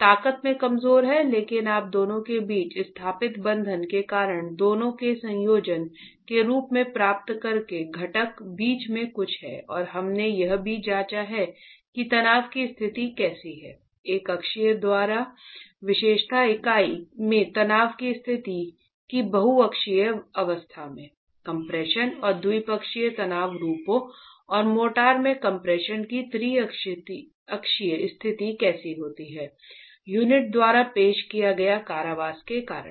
ताकत में कमजोर है लेकिन आप दोनों के बीच स्थापित बंधन के कारण दोनों के संयोजन के रूप में प्राप्त करें घटक बीच में कुछ है और हमने यह भी जांचा है कि तनाव की स्थिति कैसी है एक अक्षीय द्वारा विशेषता इकाई में तनाव की स्थिति की बहुअक्षीय अवस्था में कम्प्रेशन और द्विपक्षीय तनाव रूपों और मोर्टार में कम्प्रेशन की त्रिअक्षीय स्थिति कैसे होती है यूनिट द्वारा पेश किए गए कारावास के कारण